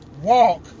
walk